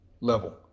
level